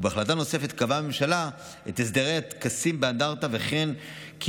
ובהחלטה נוספת קבעה הממשלה את הסדרי הטקסים באנדרטה וכן כי